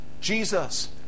Jesus